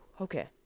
Okay